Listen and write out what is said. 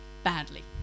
badly